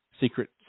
secret